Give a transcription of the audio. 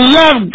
love